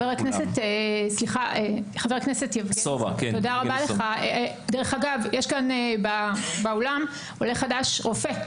חבר הכנסת סובה, אגב, יש באולם עולה חדש רופא.